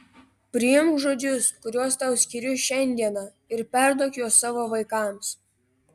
priimk žodžius kuriuos tau skiriu šiandieną ir perduok juos savo vaikams